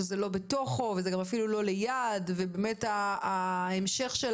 שזה לא בתוכו וזה גם אפילו לא ליד ובאמת ההמשך של